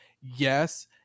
Yes